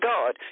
God